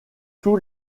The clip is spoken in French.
tous